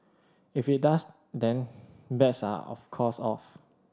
if it does then bets are of course off